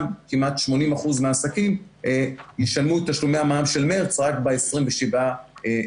גם כמעט 80% מהעסקים ישלמו את תשלומי המע"מ של מרץ רק ב-27 באפריל.